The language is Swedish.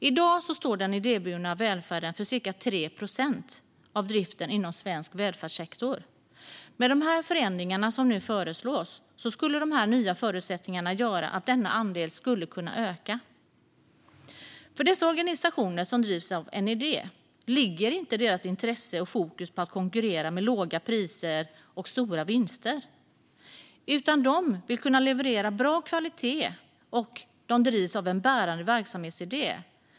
I dag står den idéburna välfärden för cirka 3 procent av driften inom svensk välfärdssektor. Med de förändringar som nu föreslås skulle nya förutsättningar kunna göra att denna andel ökar. De organisationer som drivs av en idé har inte intresse av och fokus på att konkurrera med låga priser och stora vinster. De vill kunna leverera bra kvalitet, och de drivs av en bärande verksamhetsidé.